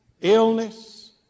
illness